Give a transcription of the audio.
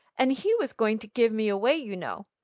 and he was going to give me away, you know.